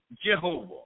Jehovah